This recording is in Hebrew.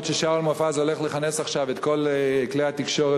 אף ששאול מופז הולך לכנס עכשיו את כל כלי התקשורת